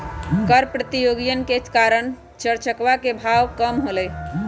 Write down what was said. कर प्रतियोगितवन के कारण चर चकवा के भाव कम होलय है